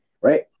right